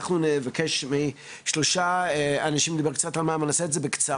אנחנו נבקש משלושה אנשים לדבר קצת על הנושא אבל אנחנו נעשה את זה בקצרה,